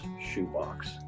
SHOEBOX